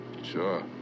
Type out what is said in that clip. Sure